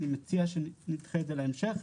אני מציע שנדחה את זה להמשך.